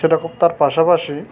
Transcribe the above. সেরকম তার পাশাপাশি